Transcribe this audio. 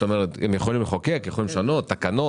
אפשר לחוקק, להתקין תקנות